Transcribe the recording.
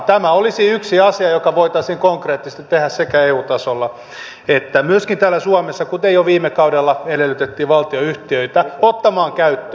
tämä olisi yksi asia joka voitaisiin konkreettisesti tehdä sekä eu tasolla että myöskin täällä suomessa kuten jo viime kaudella edellytettiin valtionyhtiöitä ottamaan käyttöön